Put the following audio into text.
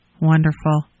Wonderful